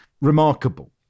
remarkable